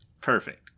Perfect